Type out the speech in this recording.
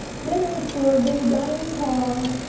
dinner served in the dining car!